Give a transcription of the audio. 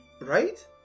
right